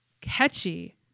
catchy